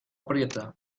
aprieta